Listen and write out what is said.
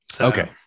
Okay